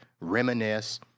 reminisce